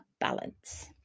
balance